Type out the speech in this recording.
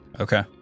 Okay